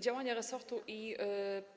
Działania resortu i